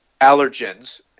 allergens